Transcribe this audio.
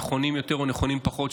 נכונים יותר או נכונים פחות,